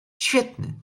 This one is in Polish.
świetny